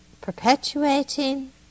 perpetuating